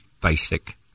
basic